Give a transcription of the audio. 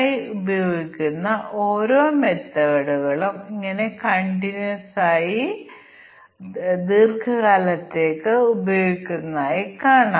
ഈ ഉപകരണങ്ങൾ അവർക്ക് വ്യത്യസ്ത പരീക്ഷണ കേസുകൾ നൽകിയേക്കാം കാരണം അവ വ്യത്യസ്ത അൽഗോരിതങ്ങൾ ഉപയോഗിച്ചേക്കാം